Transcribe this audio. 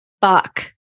fuck